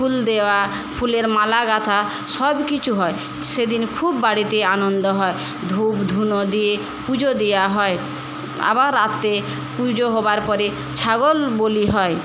দেওয়া ফুলের মালা গাঁথা সবকিছু হয় সেদিন খুব বাড়িতে আনন্দ হয় ধূপ ধুনো দিয়ে পুজো দেওয়া হয় আবার রাতে পুজো হওয়ার পরে ছাগল বলি হয়